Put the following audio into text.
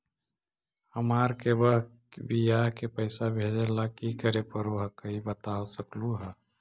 हमार के बह्र के बियाह के पैसा भेजे ला की करे परो हकाई बता सकलुहा?